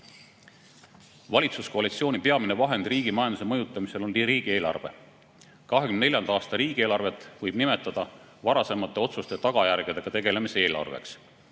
Valitsuskoalitsiooni peamine vahend riigi majanduse mõjutamisel on riigieelarve. 2024. aasta riigieelarvet võib nimetada varasemate otsuste tagajärgedega tegelemise eelarveks.